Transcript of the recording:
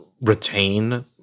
retain